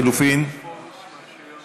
להלן: קבוצת סיעת הרשימה המשותפת.